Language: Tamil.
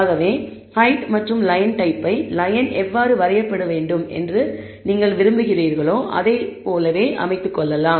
ஆகவே ஹெயிட் மற்றும் லயன் டைப்பை லயன் எவ்வாறு வரையப்பட வேண்டும் என்று நீங்கள் விரும்புகிறீர்களோ அதைப்போல் அமைத்துக்கொள்ளலாம்